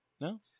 No